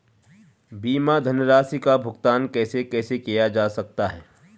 बीमा धनराशि का भुगतान कैसे कैसे किया जा सकता है?